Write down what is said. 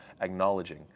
acknowledging